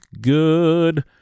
good